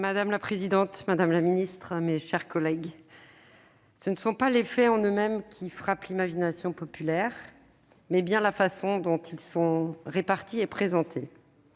Madame la présidente, madame la secrétaire d'État, mes chers collègues, « ce ne sont [...] pas les faits en eux-mêmes qui frappent l'imagination populaire, mais bien la façon dont ils sont répartis et présentés.